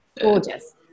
gorgeous